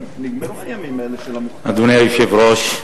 אדוני היושב-ראש,